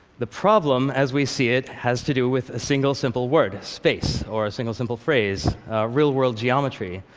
the problem, as we see it, has to do with a single, simple word space, or a single, simple phrase real world geometry.